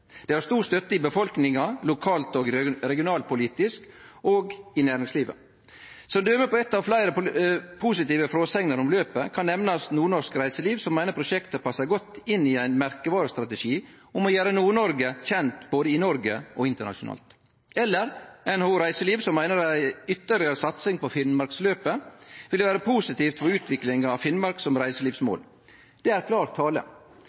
har stor støtte i befolkninga lokalt og regionalpolitisk – og i næringslivet. Som døme på eit av fleire positive fråsegner om løpet kan nemnast NordNorsk Reiseliv, som meiner prosjektet passar godt inn i ein merkevarestrategi om å gjere Nord-Noreg kjent både i Noreg og internasjonalt – eller NHO reiseliv, som meiner ei ytterlegare satsing på Finnmarksløpet ville vere positivt for utviklinga av Finnmark som reiselivsmål. Det er klar tale.